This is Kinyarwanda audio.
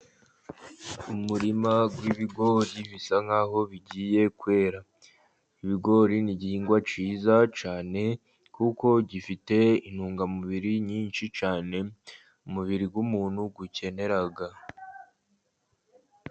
Umurima w'ibigori bisa nk'aho bigiye kwera, ibigori n'igihingwa cyiza cyane, kuko gifite intungamubiri nyinshi cyane, umubiri w'umuntu ukenera.